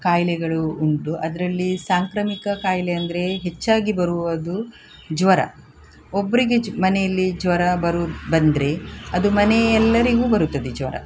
ಖಯಿಲೆಗಳು ಉಂಟು ಅದರಲ್ಲಿ ಸಾಂಕ್ರಾಮಿಕ ಖಾಯಿಲೆ ಅಂದರೆ ಹೆಚ್ಚಾಗಿ ಬರುವುದು ಜ್ವರ ಒಬ್ಬರಿಗೆ ಜ್ ಮನೆಯಲ್ಲಿ ಜ್ವರ ಬರೋದ್ ಬಂದರೆ ಅದು ಮನೆ ಎಲ್ಲರಿಗೂ ಬರುತ್ತದೆ ಜ್ವರ